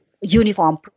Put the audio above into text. uniform